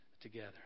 together